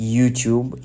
YouTube